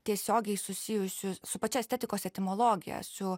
tiesiogiai susijusi su pačia estetikos etimologija su